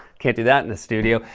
can't do that in the studio.